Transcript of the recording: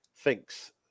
Thinks